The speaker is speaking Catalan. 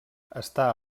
està